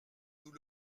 nous